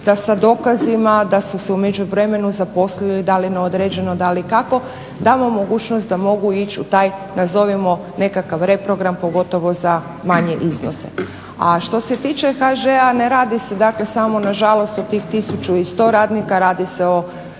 da sa dokazima da su se u međuvremenu zaposlili da li na određeno, da li kako, damo mogućnost da mogu ići u taj nazovimo nekakav reprogram pogotovo za manje iznose. A što se tiče HŽ-a ne radi se dakle samo nažalost o tih 1100 radnika, radi se o